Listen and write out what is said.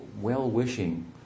well-wishing